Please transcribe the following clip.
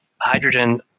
Hydrogen